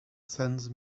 sends